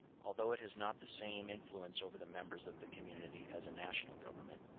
although it has not the same influence over the members of the community as a national government,